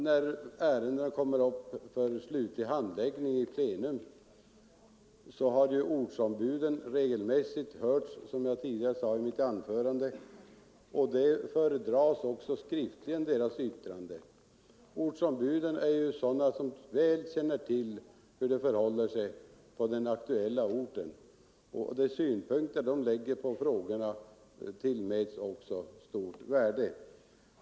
När ärendena kommer upp för slutlig handläggning i plenum har ortsombuden regelmässigt hörts — vilket jag sade i mitt tidigare anförande — och deras skriftliga yttrande föredras också. Ortsombuden känner väl till hur det förhåller sig på den aktuella orten, och de synpunkter de lägger på frågorna tillmäts stort värde.